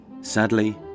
Sadly